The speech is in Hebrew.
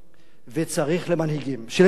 וצריך שלמנהיגים